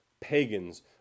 pagans